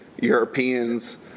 Europeans